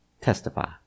testify